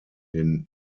den